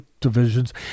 divisions